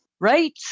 Right